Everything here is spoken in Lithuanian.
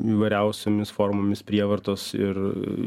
įvairiausiomis formomis prievartos ir